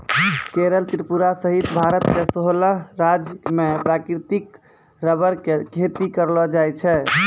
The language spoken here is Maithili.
केरल त्रिपुरा सहित भारत के सोलह राज्य मॅ प्राकृतिक रबर के खेती करलो जाय छै